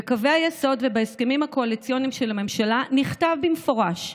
בקווי היסוד שבהסכמים הקואליציוניים של הממשלה נכתב במפורש: